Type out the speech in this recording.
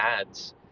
ads